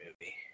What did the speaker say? movie